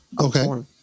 Okay